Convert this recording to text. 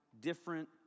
different